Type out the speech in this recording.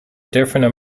different